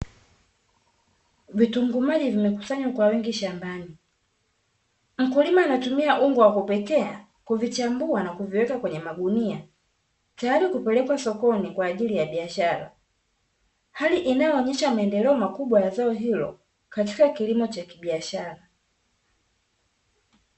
Vitunguu maji vimekusanywa kwa wingi shambani, mkulima anatumia ungo wa kupepetea, kuvichambua na kuviweka kwenye magunia, tayari kupelekwa sokoni kwa ajili ya biashara, hali inayoonyesha maendeleo makubwa ya zao hilo katika kilimo cha kibiashara.